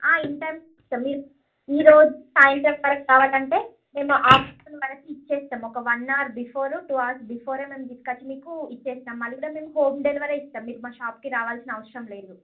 in time కి ఇచ్చేస్తాం మీరు ఈరోజు సాయంత్రం వరకు కావాలంటే మేము ఆఫ్టర్నూన్ వరకు ఇచ్చేస్తాం ఒక one hour before two hours before ఏ మేము తీస్కొచ్చి మీకు ఇచ్చేస్తాం అది కూడా మేము హోమ్ డెలివరీ ఇస్తాం మీరు మా షాప్ కి రావాల్సిన అవసరం లేదు